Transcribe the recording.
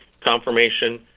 confirmation